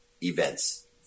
events